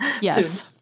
Yes